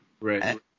right